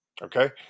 Okay